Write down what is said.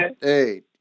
Hey